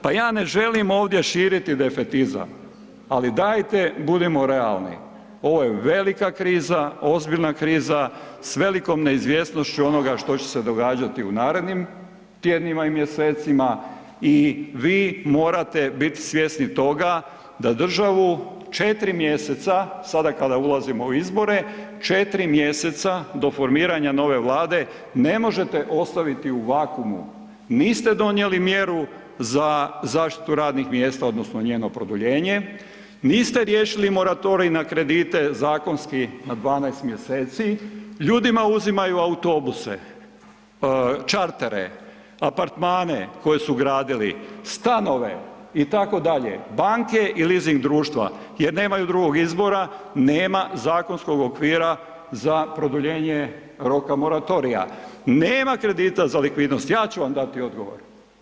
Pa ja ne želim ovdje širiti defetizam, ali dajte budimo realni, ovo je velika kriza, ozbiljna kriza, s velikom neizvjesnošću onoga što će se događati u narednim tjednima i mjesecima i vi morate biti svjesni toga da državu 4 mj., sada kada ulazimo u izbore, 4 mj. do formiranja nove Vlade, ne možete ostaviti u vakuumu, niste donijeli mjeru za zaštitu radnih mjesta odnosno njeno produljenje, niste riješili moratorij na kredite zakonski na 12 mj., ljudima uzimaju autobuse, čartere, apartmane koje su gradili, stanove itd., banke i leasing društva jer nemaju drugog izbora, nema zakonskog okvira za produljenje roka moratorija, nema kredita za likvidnost, ja ću vam dati odgovor.